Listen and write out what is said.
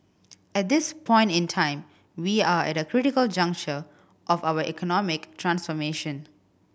at this point in time we are at a critical juncture of our economic transformation